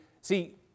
see